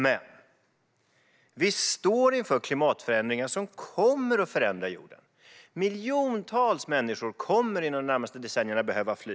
Men vi står inför klimatförändringar som kommer att förändra jorden. Miljontals människor kommer inom de närmaste decennierna att behöva fly.